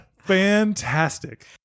Fantastic